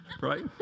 right